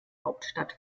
hauptstadt